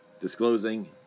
disclosing